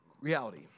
reality